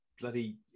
bloody